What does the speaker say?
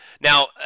Now